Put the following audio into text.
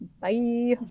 Bye